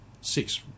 six